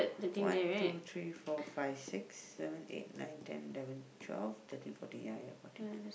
one two three four five six seven eight nine ten eleven twelve thirteen fourteen ya ya fourteen